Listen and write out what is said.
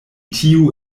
tiu